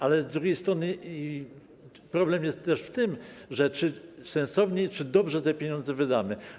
Ale z drugiej strony problem jest też w tym, czy sensownie i dobrze te pieniądze wydamy.